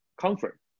comfort